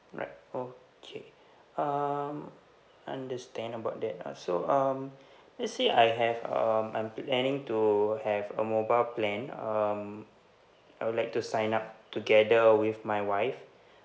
right okay um understand about that uh so um let's say I have um I'm planning to have a mobile plan um I would like to sign up together with my wife